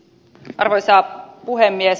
arvoisa puhemies